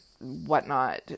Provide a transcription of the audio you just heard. whatnot